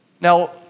Now